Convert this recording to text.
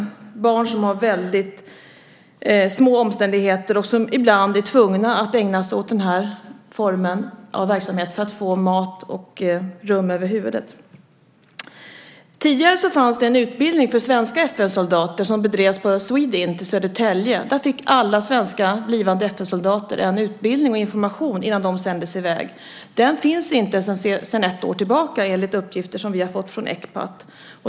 Det är barn som lever under små omständigheter och som ibland blir tvungna att ägna sig åt den formen av verksamhet för att få mat och tak över huvudet. Tidigare fanns en utbildning för svenska FN-soldater som bedrevs på Swedint i Södertälje. Där fick alla svenska blivande FN-soldater utbildning och information innan de sändes i väg. Den finns inte sedan ett år tillbaka, enligt uppgifter vi har fått från Ecpat.